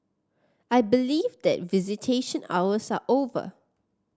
I believe that visitation hours are over